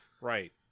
Right